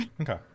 Okay